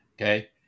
Okay